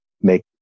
make